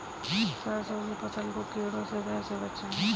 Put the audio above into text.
सरसों की फसल को कीड़ों से कैसे बचाएँ?